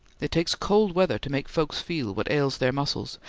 it takes cold weather to make folks feel what ails their muscles,